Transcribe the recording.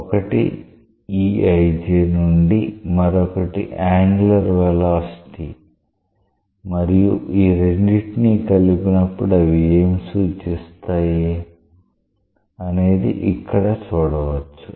ఒకటి నుండి మరొకటి యాంగులర్ వెలాసిటీ మరియు ఈ రెండిటినీ కలిపినప్పుడు అవి ఏమి సూచిస్తాయి అనేది ఇక్కడ చూడవచ్చు